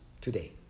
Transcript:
today